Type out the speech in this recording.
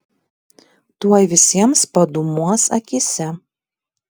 tuoj visiems padūmuos akyse